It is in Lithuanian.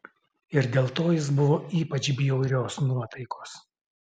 ir dėl to jis buvo ypač bjaurios nuotaikos